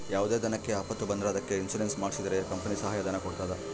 ಯಾವುದೇ ದನಕ್ಕೆ ಆಪತ್ತು ಬಂದ್ರ ಅದಕ್ಕೆ ಇನ್ಸೂರೆನ್ಸ್ ಮಾಡ್ಸಿದ್ರೆ ಕಂಪನಿ ಸಹಾಯ ಧನ ಕೊಡ್ತದ